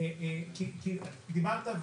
דיברת,